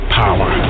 power